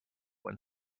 when